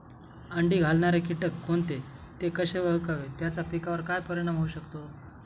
अंडी घालणारे किटक कोणते, ते कसे ओळखावे त्याचा पिकावर काय परिणाम होऊ शकतो?